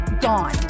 gone